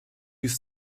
use